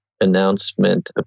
announcement